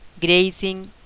grazing